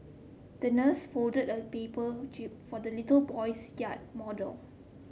the nurse folded a paper jib for the little boy's yacht model